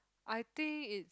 I think it